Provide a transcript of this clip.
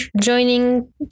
joining